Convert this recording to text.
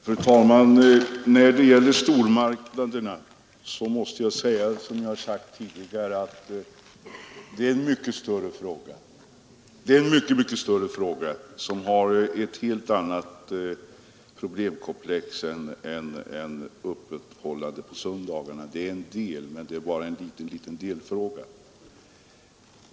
Fru talman! Som jag tidigare har sagt har frågan om stormarknaderna mycket större räckvidd. Den bildar ett helt annat problemkomplex än frågan om öppethållande på söndagarna, som bara är en liten delfråga.